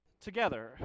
together